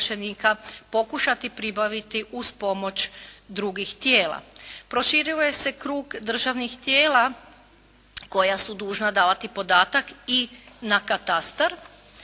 pokušati pribaviti uz pomoć drugih tijela. Proširuje se krug državnih tijela koja su dužna davati podatak i na katastar,